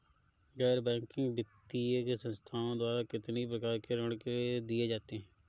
गैर बैंकिंग वित्तीय संस्थाओं द्वारा कितनी प्रकार के ऋण दिए जाते हैं?